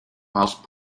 whilst